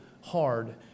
hard